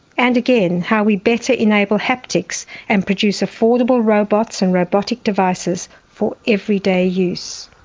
and again, how we better enable haptics and produce affordable robots and robotic devices for everyday use.